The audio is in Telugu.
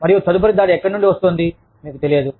మరియు తదుపరి దాడి ఎక్కడ నుండి వస్తోంది మీకు తెలియదు